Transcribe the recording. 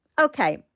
Okay